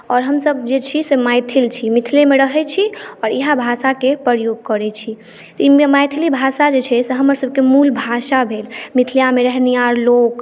आओर हमसब जे छी से मैथिल छी मिथिले मे रहै छी आओर इएह भाषाकेँ प्रयोग करै छी तऽ ई मैथिली भाषा जे छै से हमर सबकेँ मूल भाषा भेल मिथिलामे रहनिहार लोक